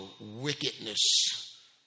wickedness